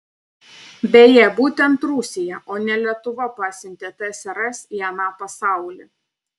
beje būtent rusija o ne lietuva pasiuntė tsrs į aną pasaulį